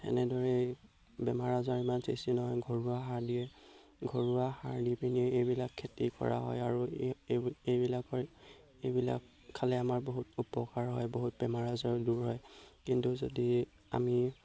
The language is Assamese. এনেদৰে বেমাৰ আজাৰ ইমান বেছি নহয় ঘৰুৱা সাৰ দিয়ে ঘৰুৱা সাৰ দি পিনি এইবিলাক খেতি কৰা হয় আৰু এইবিলাকৰ এইবিলাক খালে আমাৰ বহুত উপকাৰ হয় বহুত বেমাৰ আজাৰো দূৰ হয় কিন্তু যদি আমি